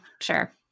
sure